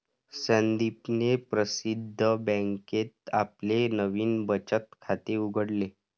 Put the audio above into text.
संदीपने प्रसिद्ध बँकेत आपले नवीन बचत खाते उघडले